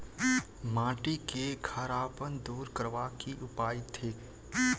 माटि केँ खड़ापन दूर करबाक की उपाय थिक?